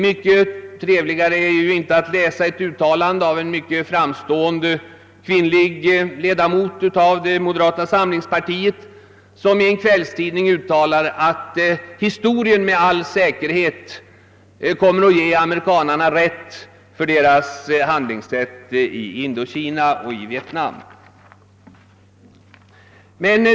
Mycket trevligare är det ju inte att läsa ett uttalande av en mycket framstående kvinnlig ledamot av det moderata samlingspartiet, som i en kvällstidning uttalar att historien med all säkerhet kommer att ge amerikanarna rätt beträffande deras handlingssätt i Indokina och i Vietnam.